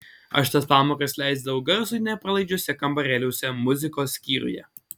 aš tas pamokas leisdavau garsui nepralaidžiuose kambarėliuose muzikos skyriuje